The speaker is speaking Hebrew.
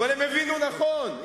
אבל הם הבינו נכון,